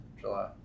July